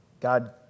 God